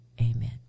Amen